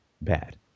bad